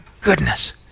goodness